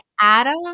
Adam